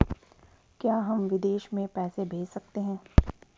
क्या हम विदेश में पैसे भेज सकते हैं?